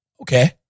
okay